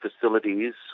facilities